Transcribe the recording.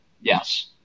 Yes